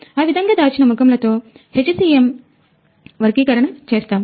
ఆ విధముగా దాచిన ముఖములతో HCM వర్గీకరణ చేస్తాము